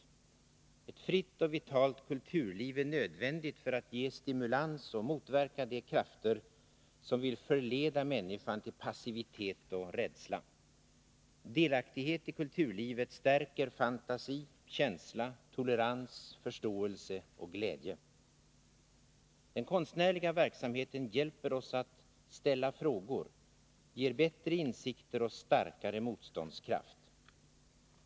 Ett fritt och vitalt kulturliv är nödvändigt för att ge stimulans och motverka de krafter som vill förleda människan till passivitet och rädsla. Delaktighet i kulturlivet stärker fantasi, känsla, tolerans, förståelse och glädje. Den konstnärliga verksamheten hjälper oss att ställa frågor, ger bättre insikter och starkare motståndskraft.